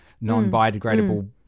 non-biodegradable